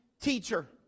teacher